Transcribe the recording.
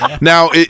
now